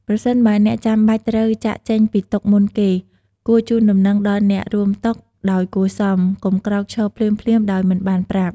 ប្រសិនបើអ្នកចាំបាច់ត្រូវចាកចេញពីតុមុនគេ គួរជូនដំណឹងដល់អ្នករួមតុដោយគួរសម កុំក្រោកឈរភ្លាមៗដោយមិនបានប្រាប់។